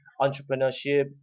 entrepreneurship